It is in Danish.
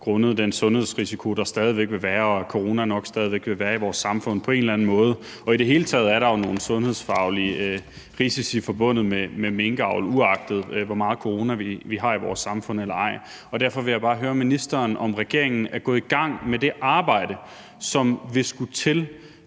grundet den sundhedsrisiko, der stadig væk vil være, og fordi corona nok stadig væk vil være i vores samfund på en eller anden måde, og i det hele taget er der jo nogle sundhedsfaglige risici forbundet med minkavl, uagtet hvor meget corona vi har i vores samfund. Derfor vil jeg bare høre ministeren, om regeringen er gået i gang med det arbejde, som ville skulle til,